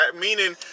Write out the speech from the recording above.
meaning